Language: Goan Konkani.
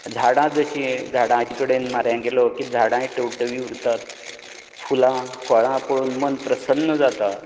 झाडां जशीं झाडांचे कडेन म्हऱ्यांत गेलो की झाडांय टवटवीत उरतात फुलां फळां पळोवन मन प्रसन्न जाता